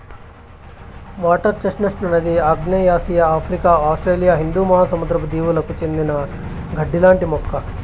water chestnut అనేది ఆగ్నేయాసియా, Africa, Australia హిందూ మహాసముద్ర దీవులకు చెందిన గడ్డి లాంటి మొక్క